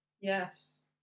Yes